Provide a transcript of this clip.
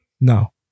no